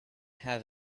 have